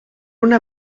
una